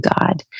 God